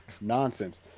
nonsense